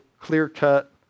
clear-cut